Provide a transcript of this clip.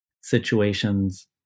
situations